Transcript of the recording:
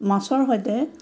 মাছৰ সৈতে